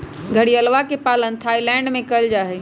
घड़ियलवा के पालन थाईलैंड में कइल जाहई